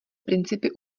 principy